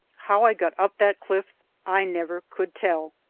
how i got up that cliff i never could tell.